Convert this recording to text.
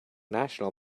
national